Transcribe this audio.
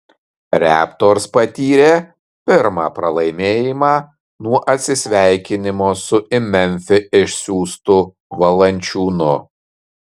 raptors patyrė pirmą pralaimėjimą nuo atsisveikinimo su į memfį išsiųstu valančiūnu